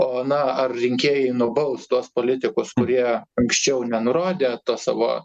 o na ar rinkėjai nubaus tuos politikus kurie anksčiau nenurodė tos savo